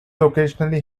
occasionally